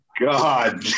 god